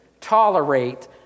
tolerate